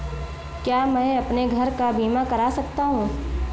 क्या मैं अपने घर का बीमा करा सकता हूँ?